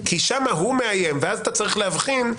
כי שם הוא מאיים ואז אתה צריך להבחין.